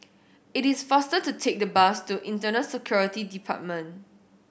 it is faster to take the bus to Internal Security Department